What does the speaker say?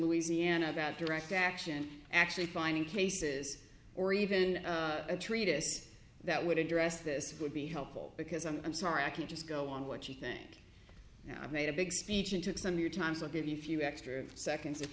louisiana about direct action actually finding cases or even a treatise that would address this would be helpful because i'm i'm sorry i can just go on what you think now i made a big speech and took some of your time so give me a few extra seconds if